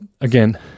again